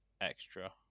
Extra